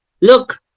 Look